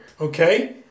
Okay